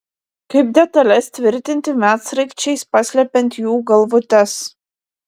kaip detales tvirtinti medsraigčiais paslepiant jų galvutes